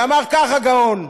ואמר כך, הגאון: